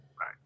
Right